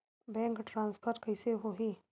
Bank transfer कइसे होही?